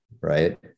right